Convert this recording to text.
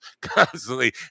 constantly